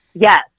Yes